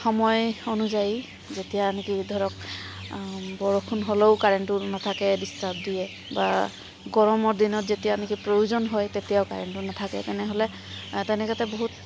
সময় অনুযায়ী যেতিয়া নেকি ধৰক বৰষুণ হ'লেও কাৰেণ্টটো নাথাকে ডিষ্টাৰ্ব দিয়ে বা গৰমৰ দিনত যেতিয়া নেকি প্ৰয়োজন হয় তেতিয়াও কাৰেণ্টটো নাথাকে তেনেহ'লে তেনেকুৱাতে বহুত